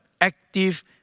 active